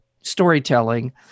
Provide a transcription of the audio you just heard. storytelling